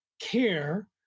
care